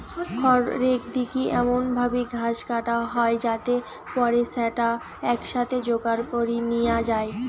খড়রেক দিকি এমন ভাবি ঘাস কাটা হয় যাতে পরে স্যাটা একসাথে জোগাড় করি নিয়া যায়